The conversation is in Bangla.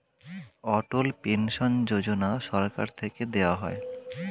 অটল পেনশন যোজনা সরকার থেকে দেওয়া হয়